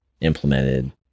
implemented